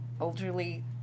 elderly